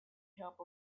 help